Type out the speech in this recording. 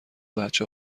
بچه